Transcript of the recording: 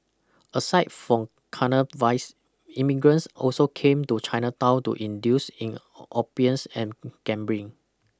aside from carnal vice immigrants also came to Chinatown to induce in opiums and gambling